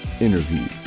Interview